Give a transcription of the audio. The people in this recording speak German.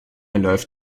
läuft